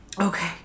Okay